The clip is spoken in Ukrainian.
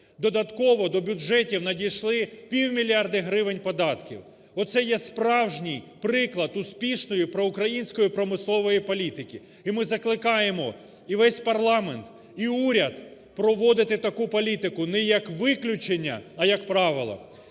додатково до бюджетів надійшли півмільярда гривень податків. Оце є справжній приклад успішної проукраїнської промислової політики. І ми закликаємо і весь парламент, і уряд проводити таку політику не як виключення, а як правило.